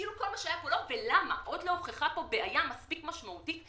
עוד לא הוכחה פה בעיה מספיק משמעותית.